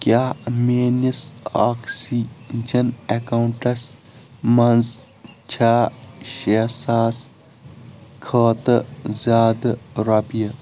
کیاہ میٲنِس oxygen accounts منٛز چھا شےٚ ساس کھۄتہٕ زِیادٕ رۄپیہِ